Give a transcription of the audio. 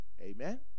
Amen